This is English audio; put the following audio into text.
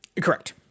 Correct